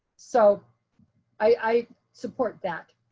so i support that.